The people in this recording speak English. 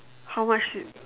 how much you